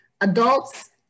adults